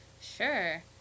Sure